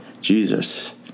Jesus